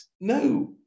no